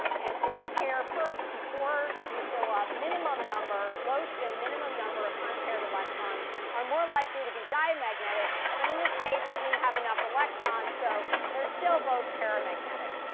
and so you pair first, before you fill up. minimum number low spin, minimum number of unpaired electrons are more likely to be diamagnetic. but in this case, we didn't have enough electrons, so they're still both paramagnetic.